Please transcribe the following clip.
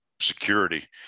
security